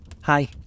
Hi